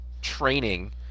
training